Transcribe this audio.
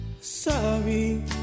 sorry